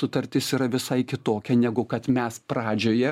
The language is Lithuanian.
sutartis yra visai kitokia negu kad mes pradžioje